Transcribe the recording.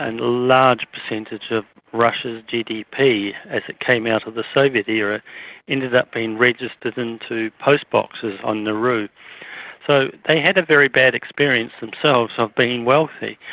and large percentage of russia's gdp as it came out of the soviet era ended up being registered into postboxes on nauru. so they had a very bad experience themselves of being wealthy.